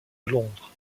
londres